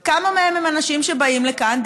כמה מהם הם אנשים שבאים לכאן,